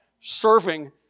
serving